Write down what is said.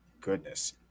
goodness